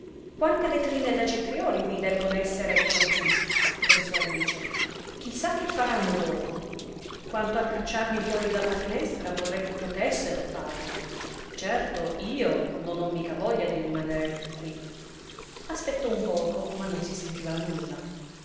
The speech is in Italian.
quante vetrine da cetrioli vi debbon essere colaggiù pensò alice chi sa che faranno dopo quanto al cacciarmi fuori dalla finestra vorrei che potessero farlo certo io non ho mica voglia di rimaner più quì aspettò un poco ma non si sentiva nulla